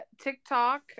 TikTok